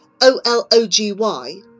O-L-O-G-Y